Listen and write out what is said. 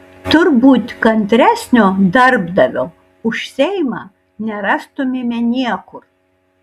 turbūt kantresnio darbdavio už seimą nerastumėme niekur